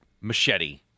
machete